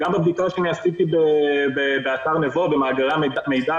גם בבדיקה שעשיתי באתר "נבו" ובמאגרי המידע,